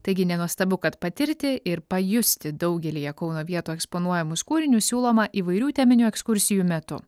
taigi nenuostabu kad patirti ir pajusti daugelyje kauno vietų eksponuojamus kūrinius siūloma įvairių teminių ekskursijų metu